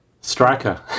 Striker